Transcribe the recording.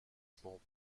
small